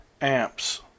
amps